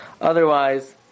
otherwise